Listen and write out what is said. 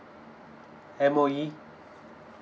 M_O_E